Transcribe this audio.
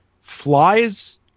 flies